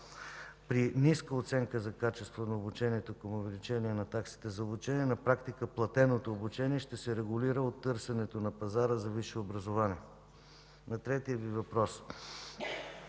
При ниска оценка за качество на обучението към увеличение на таксите за обучение на практика платеното обучение ще се регулира от търсенето на пазара за висше образование. На третия Ви въпрос